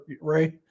right